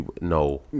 No